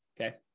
Okay